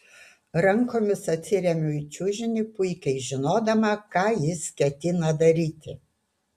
rankomis atsiremiu į čiužinį puikiai žinodama ką jis ketina daryti